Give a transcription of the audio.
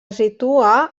situa